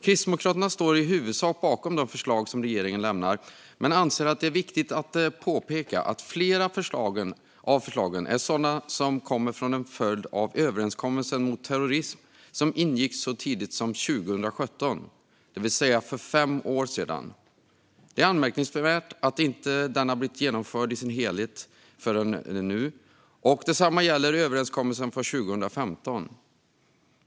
Kristdemokraterna står i huvudsak bakom de förslag som regeringen lämnar men anser att det är viktigt att påpeka att flera av förslagen är sådana som kommer som en följd av överenskommelsen mot terrorism som ingicks så tidigt som 2017, det vill säga för fem år sedan. Det är anmärkningsvärt att denna inte har blivit genomförd i sin helhet förrän nu. Detsamma gäller överenskommelsen från 2015.